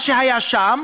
מה שהיה שם